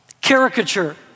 caricature